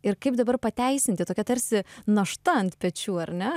ir kaip dabar pateisinti tokia tarsi našta ant pečių ar ne